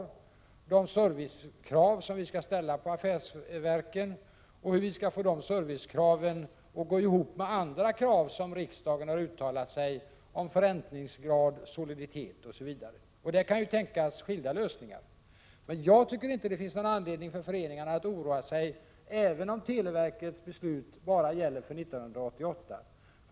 Det gäller vilka servicekrav vi skall ställa på affärsverken och hur vi skall få dessa krav att gå ihop med andra krav som riksdagen har uttalat om förräntningsgrad, soliditet osv. Där kan ju skilda lösningar tänkas. Jag tycker inte det finns någon anledning för föreningarna att oroa sig, även om televerkets beslut bara gäller för 1988.